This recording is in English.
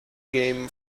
game